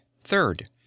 Third